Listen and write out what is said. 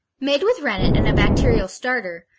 made with rennet and a bacterial starter,